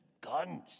guns